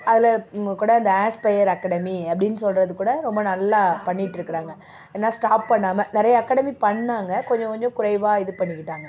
அதுல கூட இந்த ஆஸ்பெயர் அக்கடமி அப்படின்னு சொல்கிறது கூட ரொம்ப நல்லா பண்ணிட்டு இருக்கிறாங்க ஏன்னா ஸ்டாப் பண்ணாமல் நிறைய அக்கடமி பண்ணாங்க கொஞ்ச கொஞ்சம் குறைவாக இது பண்ணிக்கிட்டாங்க